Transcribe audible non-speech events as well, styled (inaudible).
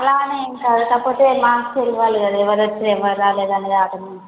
అలా అని ఏం కాదు కాకపోతే మాకు తెలియాలి కదా ఎవరు వచ్చారు ఎవరు రాలేదనేది (unintelligible)